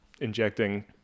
injecting